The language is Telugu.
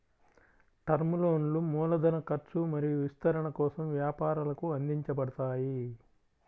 టర్మ్ లోన్లు మూలధన ఖర్చు మరియు విస్తరణ కోసం వ్యాపారాలకు అందించబడతాయి